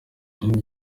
muri